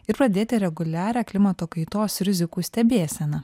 ir pradėti reguliarią klimato kaitos rizikų stebėseną